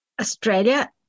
australia